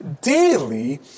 daily